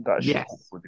Yes